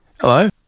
Hello